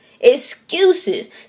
Excuses